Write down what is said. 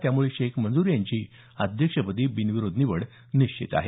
त्यामुळे शेख मंजूर यांची अध्यक्षपदी बिनविरोध निवड निश्चित आहे